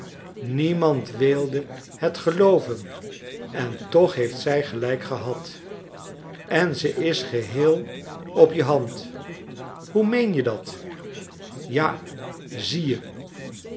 niemand wilde het gelooven en toch heeft zij gelijk gehad en ze is geheel op je hand hoe meen je dat ja zie je